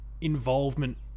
involvement